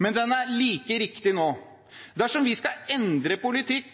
men den er like riktig nå. Dersom vi skal endre politikk